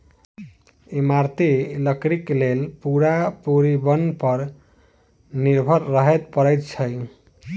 इमारती लकड़ीक लेल पूरा पूरी बन पर निर्भर रहय पड़ैत छै